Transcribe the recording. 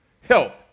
Help